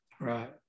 Right